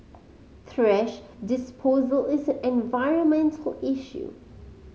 thrash disposal is an environmental issue